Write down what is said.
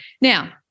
Now